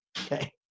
Okay